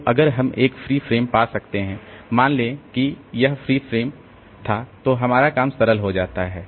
तो अगर हम एक फ्री फ्रेम पा सकते हैं मान लें कि यह फ्रेम फ्री था तो हमारा काम सरल हो जाता है